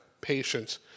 patients